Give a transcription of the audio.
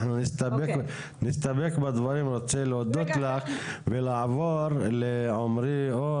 אני רוצה להודות לך ולעבור לעמרי אור,